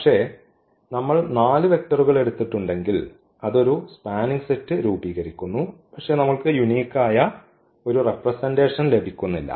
പക്ഷേ നമ്മൾ 4 വെക്റ്ററുകൾ എടുത്തിട്ടുണ്ടെങ്കിൽ അത് ഒരു സ്പാനിംഗ് സെറ്റ് രൂപീകരിക്കുന്നു പക്ഷേ നമ്മൾക്ക് യൂണിക് ആയ ഒരു റെപ്രെസെന്റഷൻ ലഭിക്കുന്നില്ല